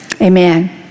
Amen